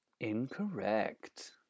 Incorrect